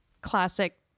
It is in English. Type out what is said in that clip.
classic